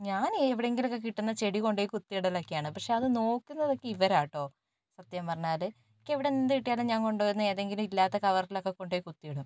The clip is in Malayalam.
ഞാന് എവിടെങ്കിലുമൊക്കെ കിട്ടണ ചെടി കൊണ്ടുപോയി കുത്തിയിടലൊക്കെയാണ് പക്ഷെ അത് നോക്കുന്നതൊക്കെ ഇവരാട്ടൊ സത്യംപറഞ്ഞാല് എനിക്കിവിടെ എന്തുകിട്ടിയാലും ഞാൻ കൊണ്ടുവന്ന് ഏതെങ്കിലും ഇല്ലാത്ത കവറിലൊക്കെ കൊണ്ട്പോയി കുത്തിയിടും